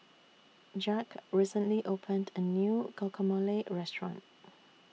Jacque recently opened A New Guacamole Restaurant